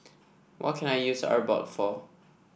what can I use Abbott for